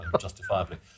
justifiably